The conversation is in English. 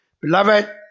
Beloved